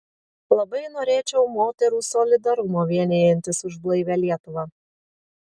labai norėčiau moterų solidarumo vienijantis už blaivią lietuvą